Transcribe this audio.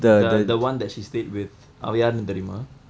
the the one that she stayed with அவன் யாருனு தெரியுமா:avan yaarunu theriyumma